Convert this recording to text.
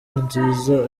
nziza